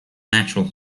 natural